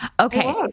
Okay